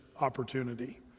opportunity